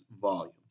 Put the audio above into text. volume